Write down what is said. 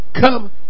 come